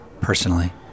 personally